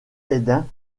hayden